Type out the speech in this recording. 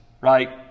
right